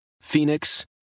Phoenix